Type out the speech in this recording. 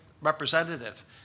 representative